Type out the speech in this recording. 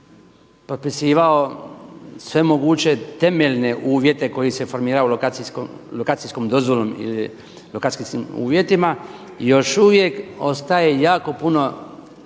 potpisivao sve moguće temeljne uvjete koji se formiraju lokacijskom dozvolom ili lokacijskim uvjetima, još uvijek ostaje jako puno